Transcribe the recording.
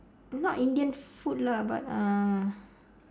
not indian food lah but uh